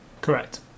Correct